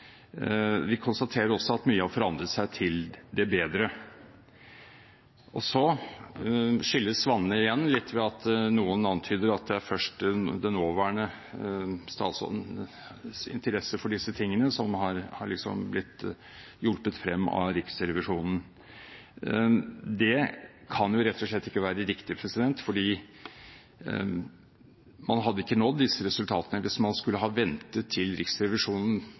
så konstaterer vi også i noen av de uttalelsene som komiteen har samlet seg om, at mye har forandret seg til det bedre. Så skilles vannene igjen litt ved at noen antyder at det er først den nåværende statsrådens interesse for disse tingene som har liksom blitt hjulpet frem av Riksrevisjonen. Det kan rett og slett ikke være riktig, for man hadde ikke nådd disse resultatene hvis man skulle ha ventet til